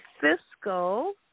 fiscal